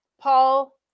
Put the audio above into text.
Paul